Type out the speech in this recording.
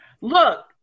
Look